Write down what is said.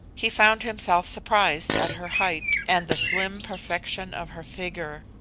he found himself surprised at her height and the slim perfection of her figure.